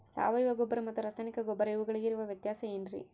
ಸಾವಯವ ಗೊಬ್ಬರ ಮತ್ತು ರಾಸಾಯನಿಕ ಗೊಬ್ಬರ ಇವುಗಳಿಗೆ ಇರುವ ವ್ಯತ್ಯಾಸ ಏನ್ರಿ?